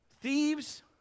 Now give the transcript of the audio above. thieves